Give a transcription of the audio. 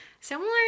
Similar